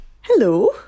Hello